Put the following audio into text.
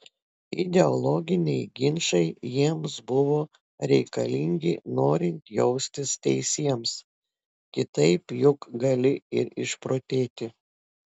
ideologiniai ginčai jiems buvo reikalingi norint jaustis teisiems kitaip juk gali ir išprotėti